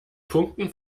punkten